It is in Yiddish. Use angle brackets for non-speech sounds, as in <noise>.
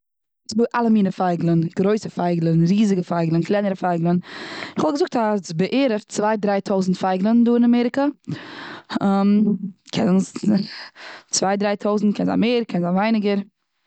ס'דא אלע מינע פייגלען. גרויסע פייגלען, קלענערע פייגלען, ריזיגע פייגלען. כ'וואלט געזאגט אז בערך צוויי דריי טויזנט פייגלען דא און אמעריקע. <hesitation> קען <hesitation> צוויי דריי טויזנט קען זיין מער, קען זיין ווייניגער.